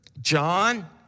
John